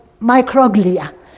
microglia